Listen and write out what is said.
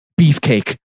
beefcake